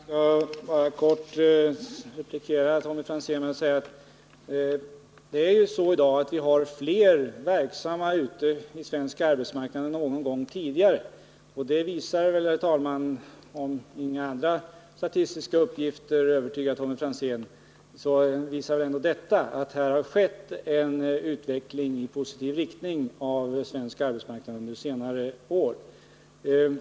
Herr talman! Jag skall bara kort replikera Tommy Franzén genom att säga, att det är ju så i dag att vi har fler verksamma ute på svensk arbetsmarknad än någon gång tidigare. Och det, herr talman, visar väl ändå — om nu inga andra statistiska uppgifter övertygar Tommy Franzén — att det skett en utveckling i positiv riktning av svensk arbetsmarknad under senare år.